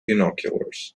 binoculars